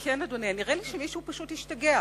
כן, אדוני, נראה לי שמישהו פשוט השתגע.